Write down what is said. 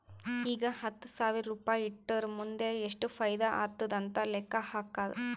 ಈಗ ಹತ್ತ್ ಸಾವಿರ್ ರುಪಾಯಿ ಇಟ್ಟುರ್ ಮುಂದ್ ಎಷ್ಟ ಫೈದಾ ಆತ್ತುದ್ ಅಂತ್ ಲೆಕ್ಕಾ ಹಾಕ್ಕಾದ್